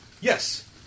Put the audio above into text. Yes